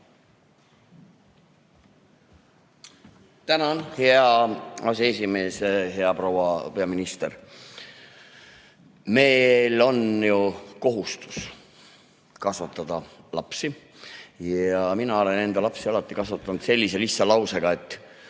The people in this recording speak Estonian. Tänan, hea aseesimees! Hea proua peaminister! Meil on ju kohustus kasvatada lapsi ja mina olen enda lapsi alati kasvatanud sellise lihtsa lausega, et